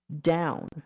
down